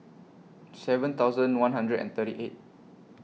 seven thousand one hundred and thirty eight